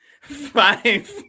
five